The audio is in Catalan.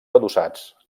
adossats